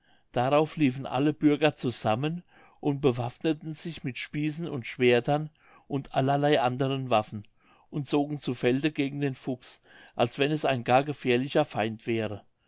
darauf liefen alle bürger zusammen und bewaffneten sich mit spießen und schwertern und allerlei anderen waffen und zogen zu felde gegen den fuchs als wenn es ein gar gefährlicher feind wäre